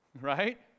right